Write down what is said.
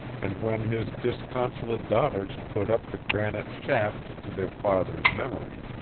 and when his disconsolate daughters put up the granite shaft to their father's memory,